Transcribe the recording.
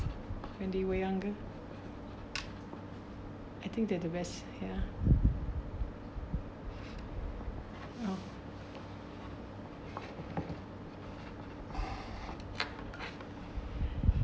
when they were younger I think that's the best ya oh